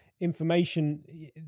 information